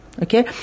Okay